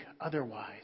otherwise